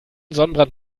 sonnenbrand